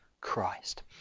Christ